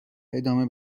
ادامه